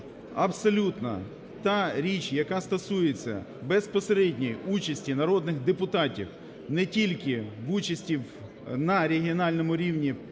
абсолютно та річ, яка стосується безпосередньої участі народних депутатів, не тільки участі на регіональному рівні